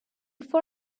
for